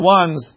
ones